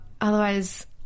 otherwise